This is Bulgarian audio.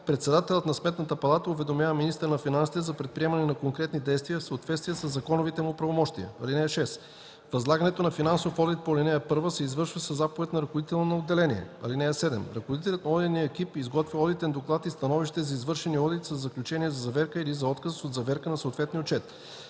председателят на Сметната палата уведомява министъра на финансите за предприемане на конкретни действия в съответствие със законовите му правомощия. (6) Възлагането на финансов одит по ал. 1 се извършва със заповед на ръководителя на отделение. (7) Ръководителят на одитния екип изготвя одитен доклад и становище за извършения одит със заключение за заверка или за отказ от заверка на съответния отчет.